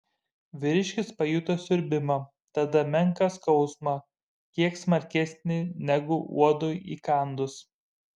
vyriškis pajuto siurbimą tada menką skausmą kiek smarkesnį negu uodui įkandus